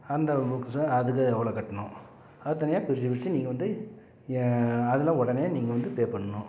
அந்த புக்ஸு அதுக்கு எவ்வளோ கட்டணும் அது தனியாக பிரித்து பிரித்து நீங்கள் வந்து ஏ அதில் உடனே நீங்கள் வந்து பே பண்ணணும்